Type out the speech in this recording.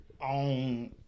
on